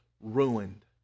ruined